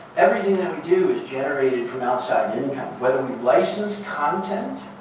everything that we do is generated from outside income, whether we license content,